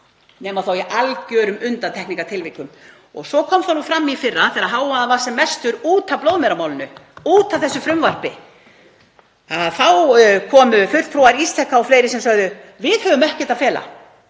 nema þá í algerum undantekningartilvikum. Svo kom það nú fram í fyrra þegar hávaðinn var sem mestur út af blóðmeramálinu, út af þessu frumvarpi, að þá komu fulltrúar Ísteka og fleiri sem sögðu: Við höfum ekkert að fela.